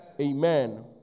Amen